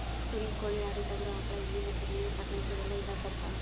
ಕುರಿ ಕೋಳಿ ಆಡು ಟಗರು ಆಕಳ ಎಮ್ಮಿ ಮತ್ತ ಮೇನ ಸಾಕಾಣಿಕೆ ಇವೆಲ್ಲ ಇದರಾಗ ಬರತಾವ